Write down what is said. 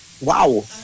wow